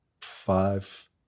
five